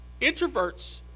introverts